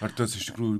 ar tas iš tikrųjų